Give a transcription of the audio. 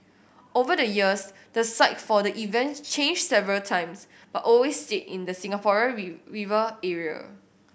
over the years the site for the event changed several times but always stayed in the Singapore River area